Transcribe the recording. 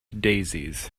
daisies